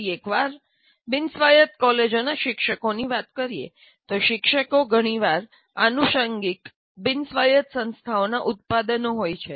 ફરી એકવાર બિન સ્વાયત્તક કોલેજોના શિક્ષકોની વાત કરીએ તો શિક્ષકો ઘણીવાર આનુષંગિક બિન સ્વાયત્ત સંસ્થાઓના ઉત્પાદનો હોય છે